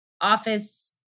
office